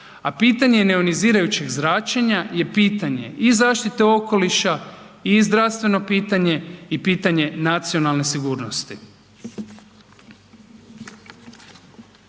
a pitanje neionizirajućeg zračenja je pitanje i zaštite okoliša i zdravstveno pitanje i pitanje nacionalne sigurnosti.